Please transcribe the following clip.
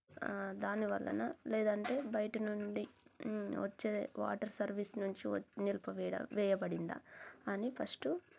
దాని వలన లేదంటే బయట నుండి వచ్చే వాటర్ సర్వీస్ నుంచి వచ్చే నిలిపి వేడ వేయబడింది అని ఫస్టు